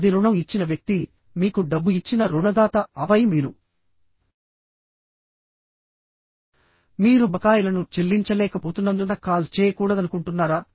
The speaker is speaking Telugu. అది రుణం ఇచ్చిన వ్యక్తి మీకు డబ్బు ఇచ్చిన రుణదాతఆపై మీరు మీరు బకాయిలను చెల్లించలేకపోతున్నందున కాల్ చేయకూడదనుకుంటున్నారా